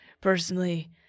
personally